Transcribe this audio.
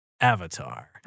Avatar